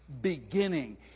beginning